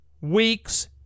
weeks